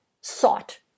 sought